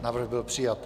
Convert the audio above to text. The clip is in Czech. Návrh byl přijat.